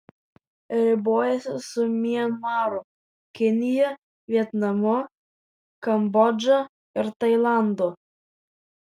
ribojasi su mianmaru kinija vietnamu kambodža ir tailandu